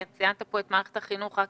ציינת פה את מערכת החינוך.